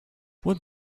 would